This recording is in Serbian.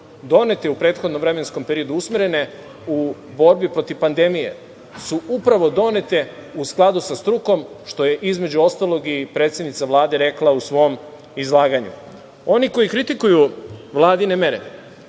donete u prethodnom vremenskom periodu, usmerene u borbi protiv pandemije, su upravo donete u skladu sa strukom, što je između ostalog i predsednica Vlade rekla u svom izlaganju. Oni koji kritikuju Vladine mere,